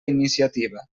iniciativa